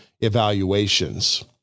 evaluations